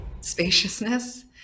spaciousness